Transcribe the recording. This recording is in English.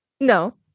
No